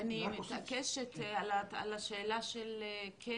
(היו"ר מנסור עבאס) אני מתעקשת על השאלה של כן